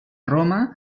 roma